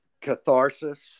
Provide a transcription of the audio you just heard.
catharsis